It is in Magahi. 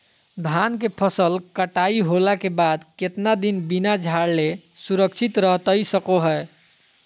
धान के फसल कटाई होला के बाद कितना दिन बिना झाड़ले सुरक्षित रहतई सको हय?